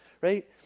right